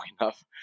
enough